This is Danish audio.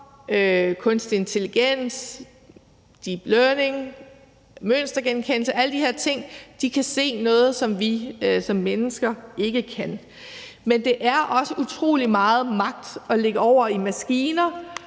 kunstig intelligens, deep learning, mønstergenkendelse og alle de her andre ting se noget, som vi som mennesker ikke kan se. Men det er også utrolig meget magt at lægge over i maskiner